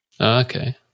Okay